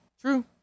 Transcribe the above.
True